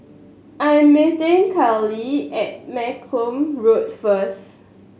I am meeting Caylee at Malcolm Road first